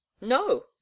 No